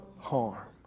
harm